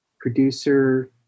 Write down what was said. producer